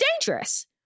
dangerous